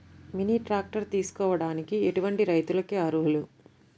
Mini tractor తీసుకోవడానికి ఎటువంటి రైతులకి అర్హులు?